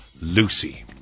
Lucy